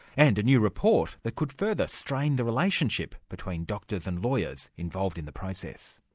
and a new report that could further strain the relationship between doctors and lawyers involved in the process.